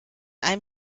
einem